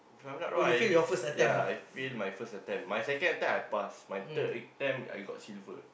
if I'm not wrong I ya I fail my first attempt my second attempt I pass my third attempt I got silver